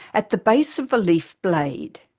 at the base of the leaf blade.